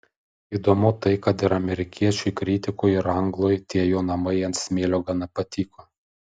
įdomu tai kad ir amerikiečiui kritikui ir anglui tie jo namai ant smėlio gana patiko